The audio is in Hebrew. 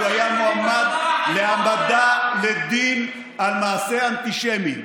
הוא היה מועמד להעמדה לדין על מעשה אנטישמי.